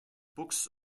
books